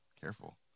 careful